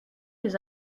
les